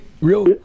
real